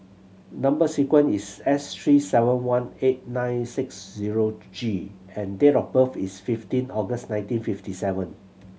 number sequence is S three seven one eight nine six zero G and date of birth is fifteen August nineteen fifty seven